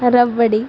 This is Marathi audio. रबडी